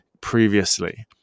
previously